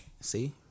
See